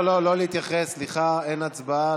לא, לא להתייחס, סליחה, אין הצבעה.